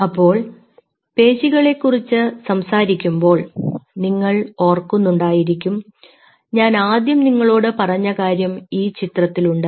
അപ്പോൾ പേശികളെ കുറിച്ച് സംസാരിക്കുമ്പോൾ നിങ്ങൾ ഓർക്കുന്നു ണ്ടായിരിക്കും ഞാൻ ആദ്യം നിങ്ങളോട് പറഞ്ഞ കാര്യം ഈ ചിത്രത്തിലുണ്ട്